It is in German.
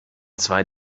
zwei